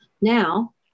Now